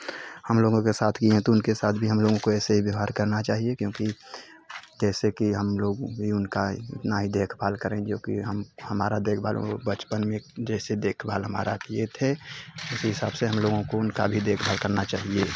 हम लोगों के साथ किए हैं तो उनके साथ भी हम लोगों को ऐसे ही व्यवहार करना चाहिए क्योंकि जैसे कि हम लोग भी उनका इतना ही देखभाल करें जो कि हम हमारा देखभाल वो बचपन में जैसे देखभाल हमारा किए थे उस हिसाब से हम लोगों को उनका भी देखभाल करना चाहिए